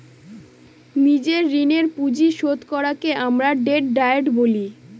নিজের ঋণের পুঁজি শোধ করাকে আমরা ডেট ডায়েট বলি